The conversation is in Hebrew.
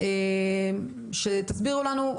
שתסבירו לנו,